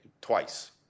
twice